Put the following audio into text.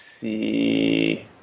see